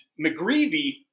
McGreevy